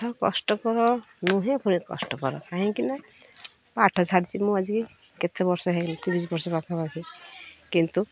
କଷ୍ଟକର ନୁହେଁ ପୁଣି କଷ୍ଟକର କାହିଁକି ନା ପାଠ ଛାଡ଼ିଛି ମୁଁ ଆଜିକି କେତେ ବର୍ଷ ହେଇ ତିରିଶି ବର୍ଷ ପାଖାପାଖି କିନ୍ତୁ